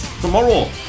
tomorrow